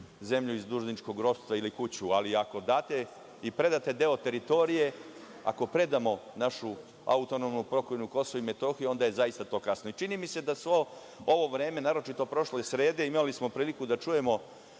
zemlju iz dužničkog ropstva ili kuću, ali ako date i predate deo teritorije, ako predamo našu AP KiM, onda je zaista to kasno. Čini mi se da svo ovo vreme, naročito prošle srede, imali smo priliku da čujemo